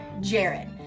Jared